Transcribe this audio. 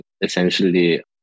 essentially